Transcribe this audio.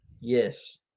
Yes